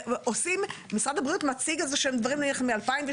שעושים משרד הבריאות מציג דברים מ- 2012